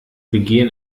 begehen